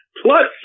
plus